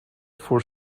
for